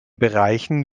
bereichen